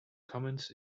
comments